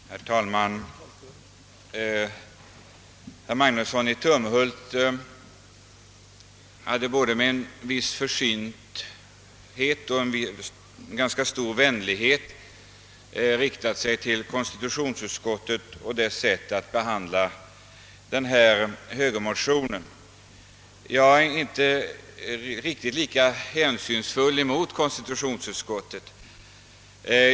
Herr talman! Herr Magnusson i Tumhult har med en viss försynthet och en ganska stor vänlighet riktat sig mot konstitutionsutskottet och dess. sätt att behandla denna högermotion.. Jag är inte riktigt lika hänsynsfull mot konstitutionsutskottet.